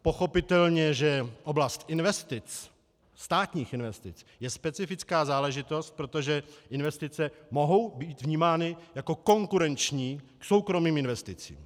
Pochopitelně že oblast investic, státních investic, je specifická záležitost, protože investice mohou být vnímány jako konkurenční soukromým investicím.